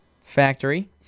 factory